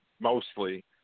mostly